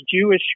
Jewish